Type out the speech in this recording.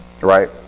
right